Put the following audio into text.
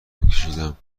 میکشیدم